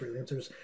freelancers